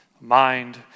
mind